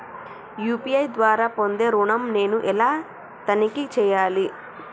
UPI ద్వారా పొందే ఋణం నేను ఎలా తనిఖీ చేయాలి?